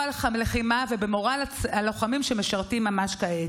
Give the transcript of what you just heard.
הלחימה ובמורל הלוחמים שמשרתים ממש כעת.